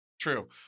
True